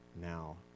Now